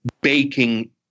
baking